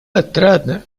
отрадно